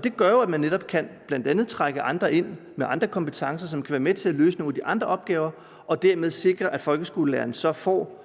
Det gør jo bl.a., at man netop kan trække andre med andre kompetencer ind og få dem til at være med til at løse nogle af de andre opgaver, og dermed sikre, at folkeskolelærerne får